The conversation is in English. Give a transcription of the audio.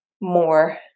more